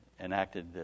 enacted